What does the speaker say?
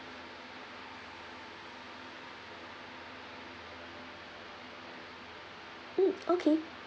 mm okay